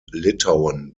litauen